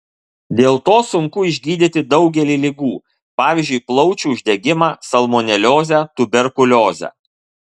dėl to sunku išgydyti daugelį ligų pavyzdžiui plaučių uždegimą salmoneliozę tuberkuliozę